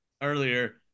earlier